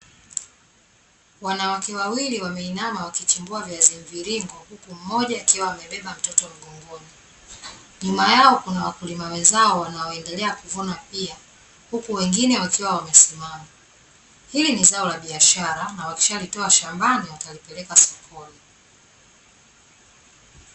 Wanawake wawili wameinama wakichimbua viazi mviringo, huku mmoja akiwa amebeba mtoto mgongoni. Nyuma yao kuna wakulima wenzao wanaoendelea kuvuna pia, huku wengine wakiwa wamesimama. Hili ni zao la biashara na wakiishalitoa shambani watalipeleka sokoni.